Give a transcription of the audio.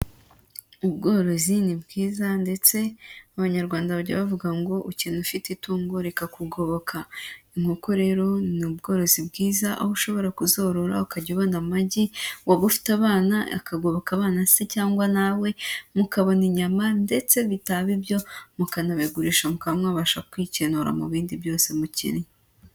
Ubworozi ni bwiza ndetse Abanyarwanda bajya bavuga ngo:"ukena ufite itungo rikakugoboka." Inkoko rero ni ubworozi bwiza aho ushobora kuzorora ukajya ubona amagi, waba ufite abana akagoboka abana se cyangwa nawe, mukabona inyama ndetse bitaba ibyo mukanabigurisha mukaba mwabasha kwikenura mu bindi byose mukenye.